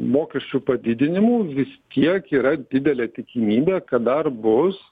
mokesčių padidinimų vis tiek yra didelė tikimybė kad dar bus